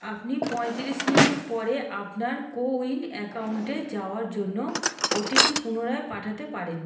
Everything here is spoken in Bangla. আপনি পঁয়ত্রিশ মিনিট পরে আপনার কোউইন অ্যাকাউন্টে যাওয়ার জন্য ওটিপি পুনরায় পাঠাতে পারেন